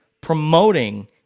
promoting